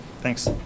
Thanks